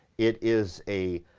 it is a,